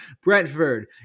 Brentford